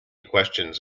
questions